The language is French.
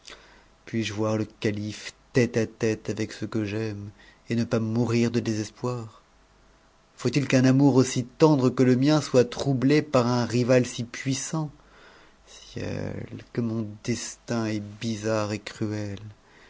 puis-je voir e calife tête à tête avec ce que j'aime et ne pas mourir de désespoir faut-il qu'un amour aussi tendre que le mien soit troublé par un rival si puissant ciel que mon destin est bizarre et cruel